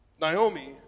Naomi